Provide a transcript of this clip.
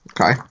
okay